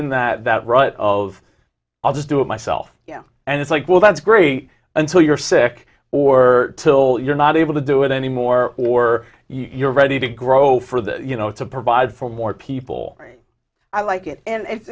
in that rut of i'll just do it myself and it's like well that's great until you're sick or till you're not able to do it anymore or you're ready to grow for the you know to provide for more people i like it